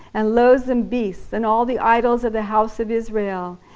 and loathsome beasts, and all the idols of the house of israel.